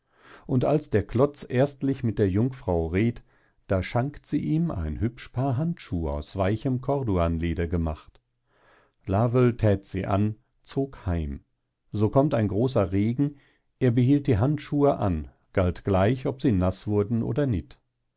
und als der klotz erstlich mit der jungfrau red't da schankt sie ihm ein hübsch paar handschuh aus weichem corduanleder gemacht lawel thät sie an zog heim so kommt ein großer regen er behielt die handschuhe an galt gleich ob sie naß wurden oder nit